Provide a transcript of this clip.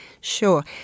Sure